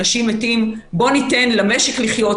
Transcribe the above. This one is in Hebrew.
בוא ניתן למשק לחיות,